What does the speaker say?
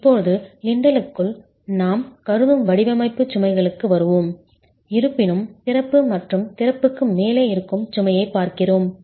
இப்போது லிண்டலுக்கு நாம் கருதும் வடிவமைப்பு சுமைகளுக்கு வருவோம் இருப்பினும் திறப்பு மற்றும் திறப்புக்கு மேலே இருக்கும் சுமையைப் பார்க்கிறோம்